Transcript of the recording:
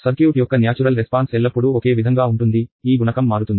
circuit యొక్క natural response ఎల్లప్పుడూ ఒకే విధంగా ఉంటుంది ఈ గుణకం మారుతుంది